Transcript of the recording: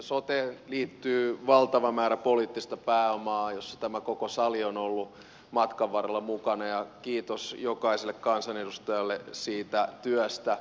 soteen liittyy valtava määrä poliittista pääomaa jossa tämä koko sali on ollut matkan varrella mukana ja kiitos jokaiselle kansanedustajalle siitä työstä